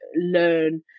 learn